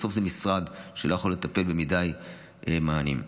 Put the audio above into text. בסוף זה משרד שלא יכול לטפל ביותר מדי מענים.